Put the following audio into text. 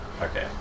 Okay